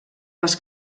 les